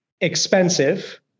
expensive